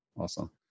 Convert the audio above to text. Awesome